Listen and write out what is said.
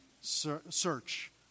search